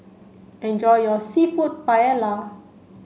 enjoy your Seafood Paella